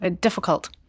difficult